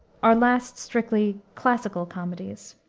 our last strictly classical comedies.